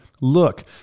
look